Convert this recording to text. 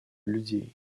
людей